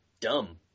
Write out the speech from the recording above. dumb